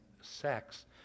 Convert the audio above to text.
sex